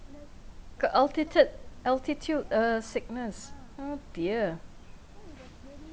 c~ altitude altitude uh sickness oh dear